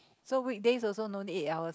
so weekdays also no need eight hours